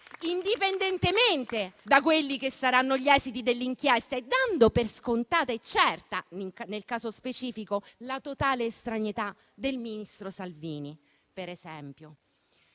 indipendentemente dagli esiti dell'inchiesta e dando per scontata e certa, nel caso specifico, la totale estraneità del ministro Salvini, per esempio.